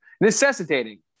necessitating